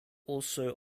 also